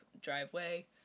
driveway